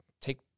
take